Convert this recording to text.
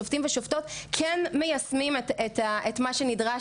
שופטים ושופטות כן מיישמים את מה שנדרש,